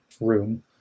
Room